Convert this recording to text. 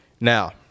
Now